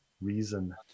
reason